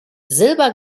silber